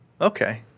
Okay